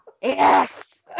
Yes